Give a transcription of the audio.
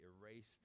erased